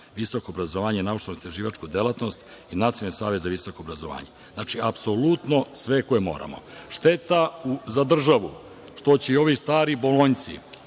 visoko obrazovanje i naučno istraživačku delatnost i Nacionalni savet za visoko obrazovanje. Znači, apsolutno sve koje moramo. Šteta za državu, što će i ovi stari bolonjci